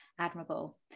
admirable